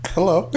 Hello